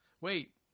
Wait